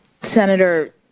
senator